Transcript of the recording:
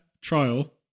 trial